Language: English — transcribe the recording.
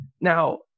Now